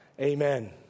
Amen